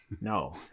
No